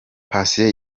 patient